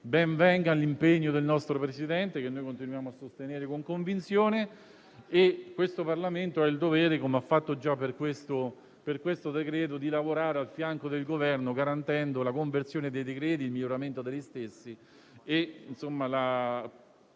Ben venga l'impegno del nostro Presidente, che continuiamo a sostenere con convinzione. Il Parlamento ha il dovere - come ha fatto già per questo decreto - di lavorare al fianco del Governo, garantendo la conversione dei decreti-legge e il miglioramento degli stessi,